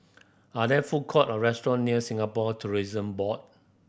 are there food court or restaurant near Singapore Tourism Board